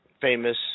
Famous